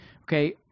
Okay